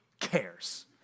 Cares